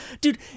dude